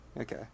Okay